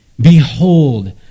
Behold